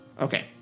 Okay